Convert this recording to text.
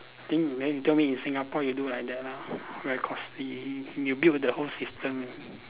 think then you tell me in Singapore you do like that ah very costly you build the whole system